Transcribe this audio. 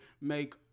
make